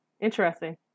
Interesting